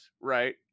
right